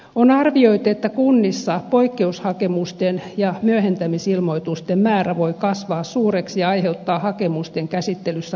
on arvioitu että kunnissa poikkeushakemusten ja myöhentämisilmoitusten määrä voi kasvaa suureksi ja aiheuttaa hakemusten käsittelyssä vaikeuksia